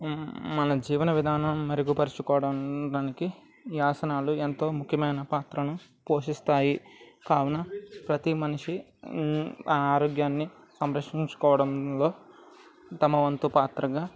మన జీవన విధానం మెరుగుపరుచుకోవడానికి ఈ ఆసనాలు ఎంతో ముఖ్యమైన పాత్రను పోషిస్తాయి కావున ప్రతి మనిషి ఆ ఆరోగ్యాన్ని సంరక్షించుకోవడంలో తమ వంతు పాత్రగా